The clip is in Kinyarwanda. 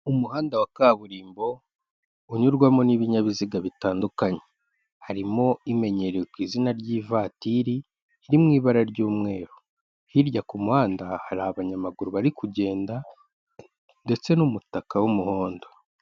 Umuhanda wa kaburimbo unyurwamo n'ibinyabiziga bitandukanye, harimo imenyerewe ku izina ry'ivatiri iri mu ibara ry'umweru, hirya ku muhanda hari abanyamaguru bari kugenda ndetse n'umutaka w'umuhondo.